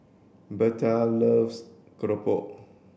Berta loves Keropok